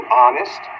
honest